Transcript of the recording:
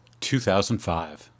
2005